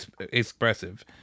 expressive